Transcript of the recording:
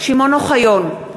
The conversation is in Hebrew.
שמעון אוחיון,